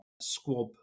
Squab